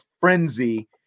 frenzy